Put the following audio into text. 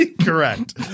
Correct